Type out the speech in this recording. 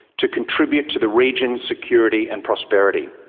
to contribute to the region's security and prosperity.